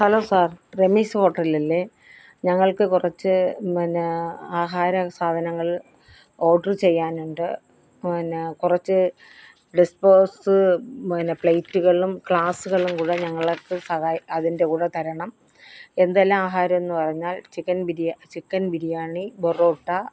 hello sir Ramees ഹോട്ടലല്ലേ ഞങ്ങൾക്ക് കുറച്ച് പിന്നെ ആഹാര സാധനങ്ങൾ ഓഡർ ചെയ്യാനുണ്ട് പിന്നെ കുറച്ച് ഡിസ്പോസ് പിന്നെ പ്ലേറ്റുകളും ഗ്ലാസുകളും കൂടെ ഞങ്ങള്ക്ക് സഹാ അതിൻ്റെ കൂടെ തരണം എന്തെല്ലാം ആഹാരമെന്ന് പറഞ്ഞാൽ ചിക്കൻ ബിരി ചിക്കൻ ബിരിയാണി ബോറോട്ട